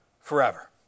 forever